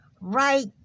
Right